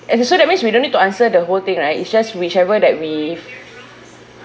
eh so that means we don't need to answer the whole thing right it's just whichever that we